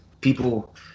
people